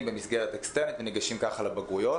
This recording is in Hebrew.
במסגרת אקסטרנית וניגשים ככה לבגרויות.